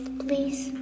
please